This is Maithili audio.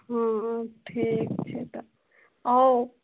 हँ ठीक छै तऽ आउ